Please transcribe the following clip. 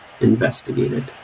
investigated